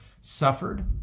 suffered